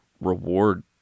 reward